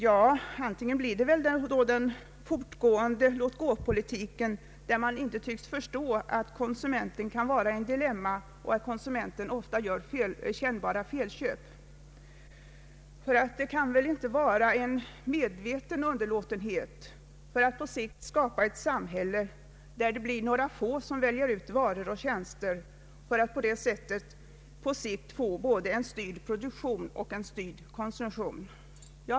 Ja, då fortsätter den nuvarande låt-gå-politiken, d.v.s. man tycks inte förstå att konsumenten kan vara i ett dilemma och ofta gör kännbara felköp. Eller är det fråga om en medveten underlåtenhet i syfte att på sikt skapa ett samhälle där det blir några få som väljer ut varor och tjänster för att på det sättet så småningom få till stånd både en styrd produktion och en styrd konsumtion?